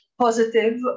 positive